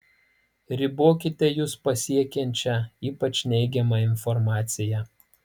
ribokite jus pasiekiančią ypač neigiamą informaciją